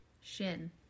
Shin